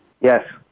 Yes